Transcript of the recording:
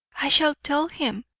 i shall tell him,